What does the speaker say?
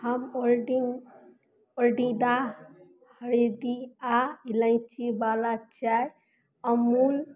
हम ओल्डिन्ग ओल्डिडा हरदि आओर इलाइचीवला चाइ अमूल